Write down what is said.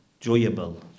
joyable